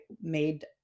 made